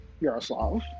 Yaroslav